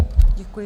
Děkuji.